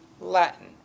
Latin